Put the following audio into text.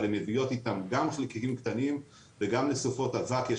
אבל הן מביאות איתן גם חלקיקים קטנים וגם לסופות אבק יש